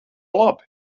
labi